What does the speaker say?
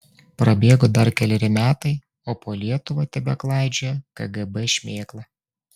prabėgo dar keleri metai o po lietuvą tebeklaidžioja kgb šmėkla